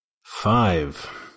Five